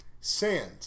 Sand